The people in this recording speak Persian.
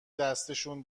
دستشون